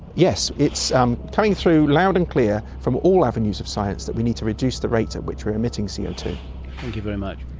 yes, it's um coming through loud and clear from all avenues of science that we need to reduce the rate at which we're emitting co ah two. thank you very much.